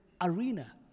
arena